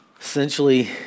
Essentially